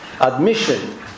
admission